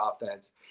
offense